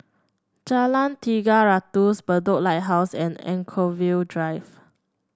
Jalan Tiga Ratus Bedok Lighthouse and Anchorvale Drive